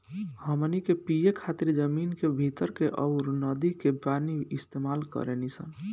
हमनी के पिए खातिर जमीन के भीतर के अउर नदी के पानी इस्तमाल करेनी सन